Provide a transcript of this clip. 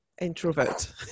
introvert